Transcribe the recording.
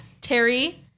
Terry